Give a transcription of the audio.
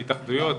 להתאחדויות,